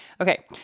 Okay